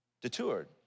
detoured